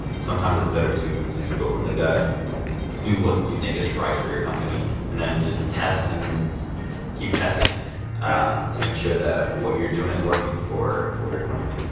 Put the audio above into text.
sometimes it's better to just go from the gut and do what you think is right for your company and then just test and keep testing to make sure that what you're doing is working for for your company.